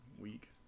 week